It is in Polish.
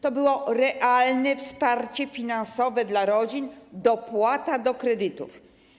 To było realne wsparcie finansowe dla rodzin, dopłata do kredytów.